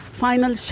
final